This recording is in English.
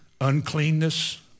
uncleanness